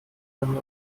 lange